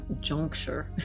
juncture